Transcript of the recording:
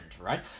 right